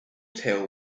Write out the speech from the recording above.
tail